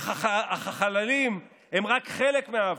אך החללים הם רק חלק מהאבדות.